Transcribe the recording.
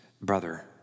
brother